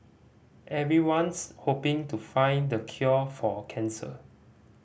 everyone's hoping to find the cure for cancer